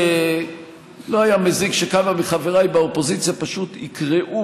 שלא היה מזיק שכמה מחבריי באופוזיציה פשוט יקראו